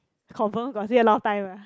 confirm got say a lot of time ah